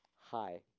Hi